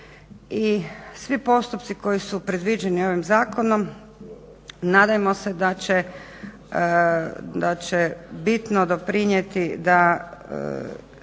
I svi postupci koji su predviđeni ovim zakonom nadajmo se da će bitno doprinijeti da